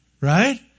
right